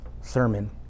sermon